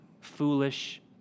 foolish